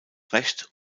recht